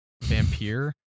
Vampire